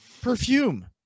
perfume